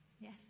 yes